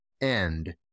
end